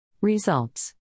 Results